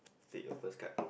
take your first card